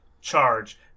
charge